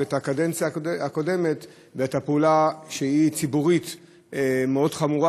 את הקדנציה הקודמת ואת הפעולה שציבורית היא מאוד חמורה,